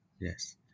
Yes